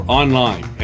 online